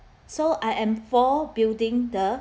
so I am for building the